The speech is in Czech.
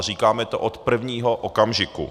Říkáme to od prvního okamžiku.